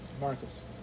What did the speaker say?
Marcus